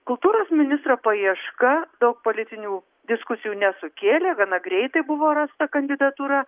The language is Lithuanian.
kultūros ministro paieška daug politinių diskusijų nesukėlė gana greitai buvo rasta kandidatūra